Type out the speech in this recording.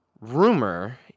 rumor